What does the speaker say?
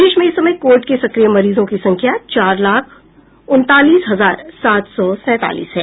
देश में इस समय कोविड के सक्रिय मरीजों की संख्या चार लाख उनतालीस हजार सात सौ सैंतालीस है